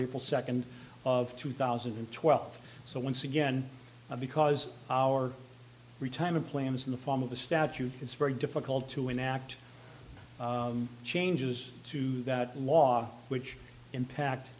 full second of two thousand and twelve so once again because our retirement plan is in the form of a statute it's very difficult to enact changes to that law which impact